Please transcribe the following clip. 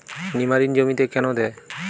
নিমারিন জমিতে কেন দেয়?